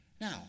Now